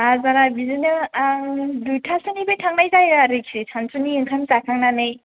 बाजारआ बिदिनो आं दुइथासोनिफ्राय थांनाय जायो आरोखि सानसुनि ओंखाम जाखांनानै